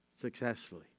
successfully